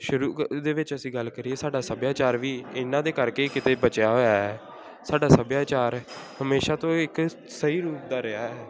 ਸ਼ੁਰੂ ਦੇ ਵਿੱਚ ਅਸੀਂ ਗੱਲ ਕਰੀਏ ਸਾਡਾ ਸੱਭਿਆਚਾਰ ਵੀ ਇਹਨਾਂ ਦੇ ਕਰਕੇ ਕਿਤੇ ਬਚਿਆ ਹੋਇਆ ਹੈ ਸਾਡਾ ਸੱਭਿਆਚਾਰ ਹਮੇਸ਼ਾਂ ਤੋਂ ਇੱਕ ਸਹੀ ਰੂਪ ਦਾ ਰਿਹਾ ਹੈ